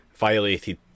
Violated